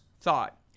thought